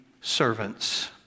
servants